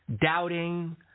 doubting